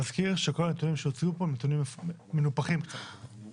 נזכיר שכל הנתונים שהוצגו פה הם נתונים מנופחים קצת